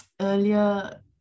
Earlier